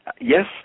yes